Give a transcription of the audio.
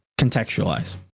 contextualize